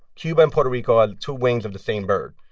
cuba and puerto rico are two wings of the same bird.